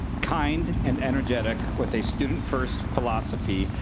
kind and energetic, with a students first philosophy,